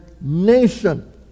nation